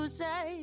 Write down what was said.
say